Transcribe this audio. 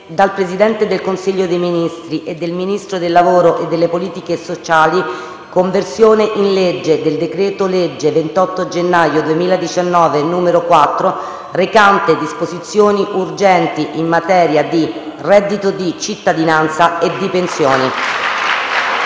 *dal Presidente del Consiglio dei ministri* *e dal Ministro del lavoro e delle politiche sociali* «Conversione in legge del decreto-legge 28 gennaio 2019, n. 4, recante disposizioni urgenti in materia di reddito di cittadinanza e di pensioni».